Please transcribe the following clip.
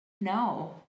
no